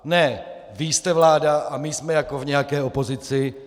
Ne vy jste vláda a my jsme jako v nějaké opozici!